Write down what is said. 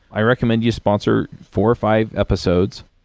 i recommend you sponsor four or five episodes,